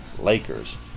Lakers